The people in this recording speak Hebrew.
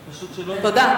תודה.